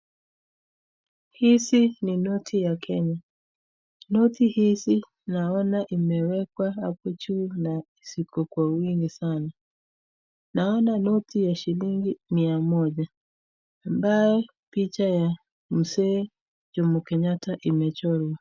Hizi ni noti ya Kenya. Noti hizi naona imewekwa hapo juu na ziko kwa wingi sana. Naona noti ya shilingi mia moja ambayo picha mzee Jomo Kenyatta imechorwa.